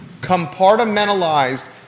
compartmentalized